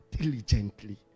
diligently